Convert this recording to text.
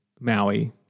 maui